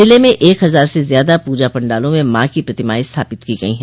जिले में एक हजार से ज्यादा पूजा पंडालों में माँ की प्रतिमायें स्थापित की गई हैं